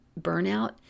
burnout